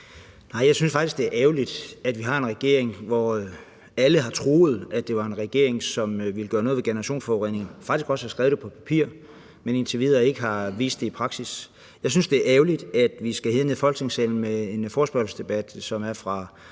faktisk, det er ærgerligt, at vi alle har troet, at vi har en regering, der ville gøre noget ved generationsforureninger og faktisk også har nedskrevet det på et stykke papir, men som indtil videre ikke har vist det i praksis. Jeg synes, det er ærgerligt, at vi skal herned i Folketingssalen med en forespørgselsdebat, som er